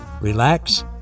relax